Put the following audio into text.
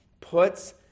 puts